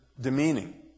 demeaning